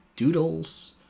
Doodles